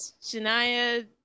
shania